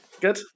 good